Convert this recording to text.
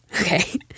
okay